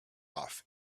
off